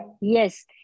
Yes